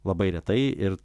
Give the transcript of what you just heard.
labai retai ir